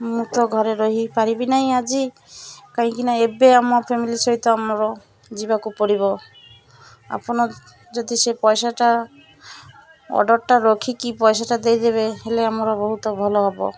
ମୁଁ ତ ଘରେ ରହିପାରିବି ନାହିଁ ଆଜି କାହିଁକିନା ଏବେ ଆମ ଫ୍ୟାମିଲି ସହିତ ଆମର ଯିବାକୁ ପଡ଼ିବ ଆପଣ ଯଦି ସେ ପଇସାଟା ଅର୍ଡ଼ର୍ଟା ରଖିକି ପଇସାଟା ଦେଇଦେବେ ହେଲେ ଆମର ବହୁତ ଭଲ ହେବ